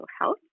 health